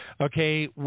Okay